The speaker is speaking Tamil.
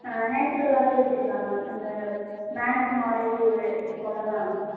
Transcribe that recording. நேச்சுரலாகவே வச்சுக்கிலாம் மேம் அந்த மேட் மாதிரி இருக்கும்ல மேம்